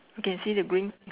okay see the green